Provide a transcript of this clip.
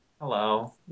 Hello